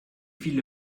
viele